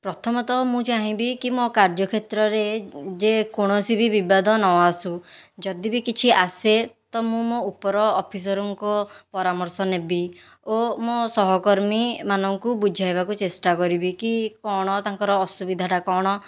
ପ୍ରଥମତଃ ମୁଁ ଚାହିଁବି କି ମୋ କାର୍ଯ୍ୟ କ୍ଷେତ୍ରରେ ଯେକୌଣସି ବି ବିବାଦ ନ ଆସୁ ଯଦି ବି କିଛି ଆସେ ତ ମୁଁ ମୋ ଉପର ଅଫିସରଙ୍କ ପରାମର୍ଶ ନେବି ଓ ମୋ ସହକର୍ମୀମାନଙ୍କୁ ବୁଝାଇବାକୁ ଚେଷ୍ଟା କରିବି କି କଣ ତାଙ୍କର ଅସୁବିଧାଟା କଣ